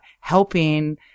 helping